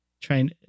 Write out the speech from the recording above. trying